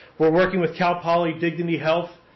we're working with cal poly dignity health,